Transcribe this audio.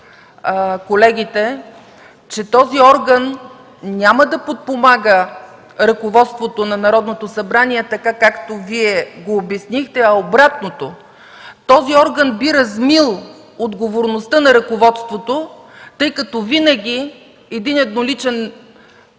колегите, е, че този орган няма да подпомага ръководството на Народното събрание, така както Вие го обяснихте, а обратното – той би размил отговорността на ръководството, тъй като винаги едноличен